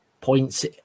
points